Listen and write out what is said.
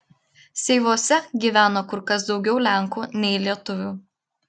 seivuose gyveno kur kas daugiau lenkų nei lietuvių